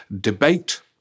debate